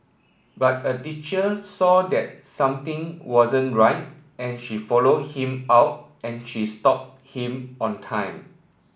but a teacher saw that something wasn't right and she followed him out and she stopped him on time